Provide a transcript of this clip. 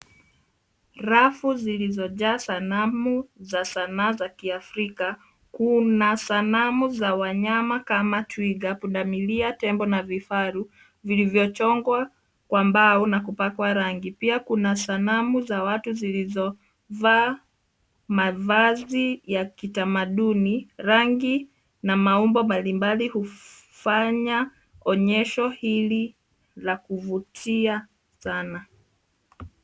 Rafu zilizojaa sanamu za sanaa za kiafrika. Kuna sanamu za wanyama kama twiga, pundamilia, tembo na vifaru, vilivyochongwa kwa mbao na kupakwa rangi. Pia kuna sanamu za watu zilizovaa mavazi ya kitamaduni. Rangi na maumbo mbalimbali hufanya onyesho hili la kuvutia sana.